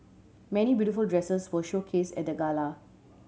many beautiful dresses were showcased at the gala